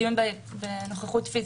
הדיון בנוכחות פיזית.